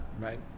right